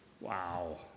Wow